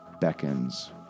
beckons